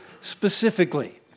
specifically